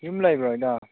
ꯌꯨꯝ ꯂꯩꯕ꯭ꯔꯣ ꯏꯇꯥꯎ